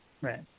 Right